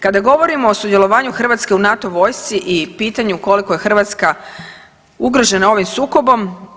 Kada govorimo o sudjelovanju Hrvatske u NATO vojsci i pitanju koliko je Hrvatska ugrožena ovim sukobom?